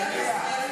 תודה רבה.